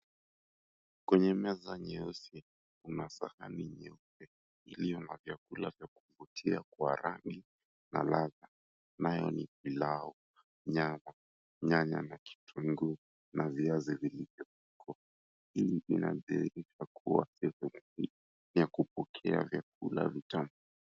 Kwenye meza nyeusi, kuna sahani nyeupe, iliyo na vyakula vya kuvutia kwa rangi na ladha. Nayo ni pilau, nyama, nyanya na kitunguu, na viazi vilivyoko. Hii inadhihirisha kuwa sehemu hii ni ya kupokea vyakula v𝑖tamu.